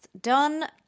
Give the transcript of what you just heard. done